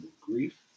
grief